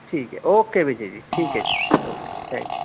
ٹھیک ہے اوکے وِجے جی ٹھیک ہے جی اوکے تھینک